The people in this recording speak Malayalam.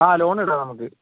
ആ ലോൺ ഇടാം നമ്മൾക്ക്